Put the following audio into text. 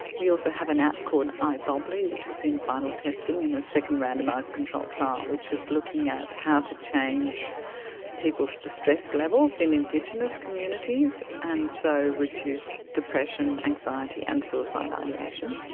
we also have an app called ibobbly, which is in final testing in a second randomised controlled trial which is looking at how to change people's distress levels in indigenous communities, and so reduce depression, anxiety and suicide ideation.